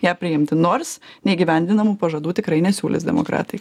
ją priimti nors neįgyvendinamų pažadų tikrai nesiūlys demokratai